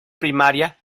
primaria